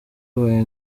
abaye